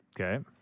Okay